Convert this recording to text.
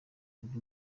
kibuga